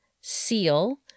seal